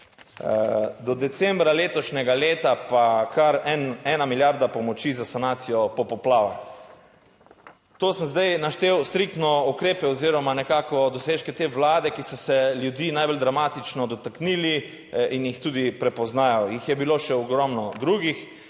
Do decembra letošnjega leta pa kar ena milijarda pomoči za sanacijo po poplavah. To sem zdaj naštel striktno ukrepe oziroma nekako dosežke te Vlade, ki so se ljudi najbolj dramatično dotaknili in jih tudi prepoznajo, jih je bilo še ogromno drugih.